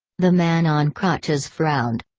the man on crutches frowned.